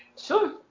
Sure